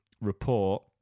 report